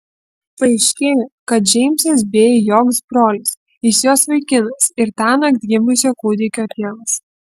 paaiškėjo kad džeimsas bėjai joks brolis jis jos vaikinas ir tąnakt gimusio kūdikio tėvas